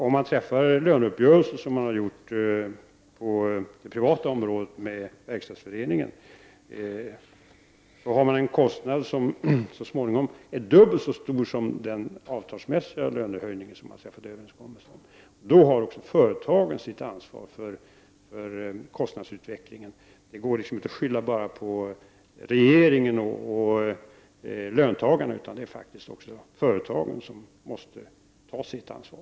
Om man träffar en sådan löneuppgörelse som man har gjort på det privata området med Verkstadsföreningen, blir kostnaden så småningom dubbelt så stor som den avtalsmässiga lönehöjningen. Då har företaget ansvar för kostnadsutvecklingen. Det går inte att bara skylla på regeringen och löntagarna. Även företagen måste ta sitt ansvar.